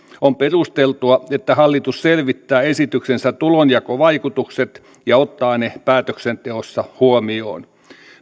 on perusteltua että hallitus selvittää esityksensä tulonjakovaikutukset ja ottaa ne päätöksenteossa huomioon